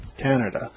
Canada